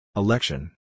Election